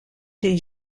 des